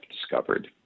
discovered